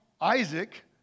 Isaac